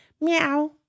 Meow